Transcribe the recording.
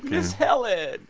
miss helen.